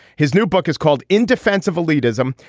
his new book is called indefensible lead ism.